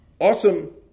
awesome